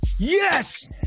Yes